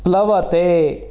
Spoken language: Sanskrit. प्लवते